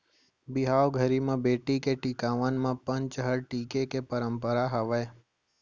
बिहाव घरी म बेटी के टिकावन म पंचहड़ टीके के परंपरा हावय